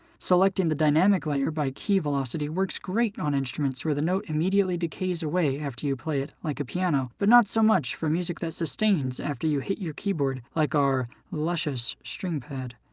selecting the dynamic layer by key velocity works great on instruments where the note immediately decays away after you play it, like a piano, but not so much for music that sustains after you hit your keyboard, like our luscious string pad.